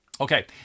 Okay